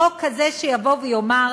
חוק כזה שיבוא ויאמר: